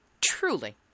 truly